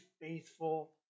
faithful